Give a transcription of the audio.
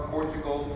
Portugal